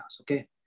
Okay